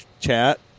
chat